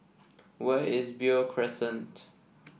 where is Beo Crescent